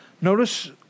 Notice